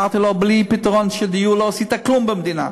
אמרתי לו: בלי פתרון לדיור לא עשית כלום במדינה.